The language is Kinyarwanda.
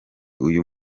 uyu